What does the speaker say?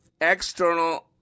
external